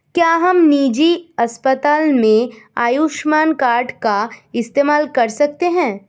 क्या हम निजी अस्पताल में आयुष्मान कार्ड का इस्तेमाल कर सकते हैं?